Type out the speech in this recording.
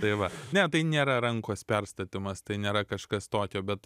tai va ne tai nėra rankos perstatymas tai nėra kažkas tokio bet